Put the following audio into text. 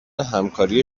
همکاری